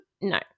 no